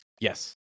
Yes